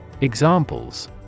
Examples